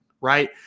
right